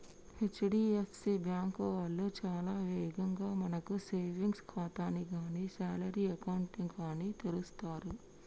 HDFC bank వాళ్ళు చాలా వేగంగా మనకు సేవింగ్స్ ఖాతాని గానీ శాలరీ అకౌంట్ ని గానీ తెరుస్తరు